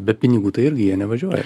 be pinigų tai irgi jie nevažiuoja